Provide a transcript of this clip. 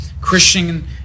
Christian